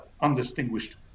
undistinguished